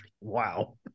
wow